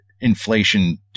inflation